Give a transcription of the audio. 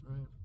Right